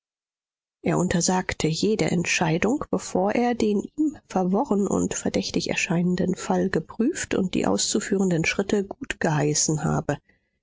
er untersagte jede entscheidung bevor er den ihm verworren und verdächtig erscheinenden fall geprüft und die auszuführenden schritte gutgeheißen habe